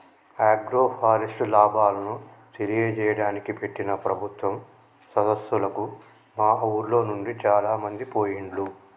agroforest లాభాలను తెలియజేయడానికి పెట్టిన ప్రభుత్వం సదస్సులకు మా ఉర్లోనుండి చాలామంది పోయిండ్లు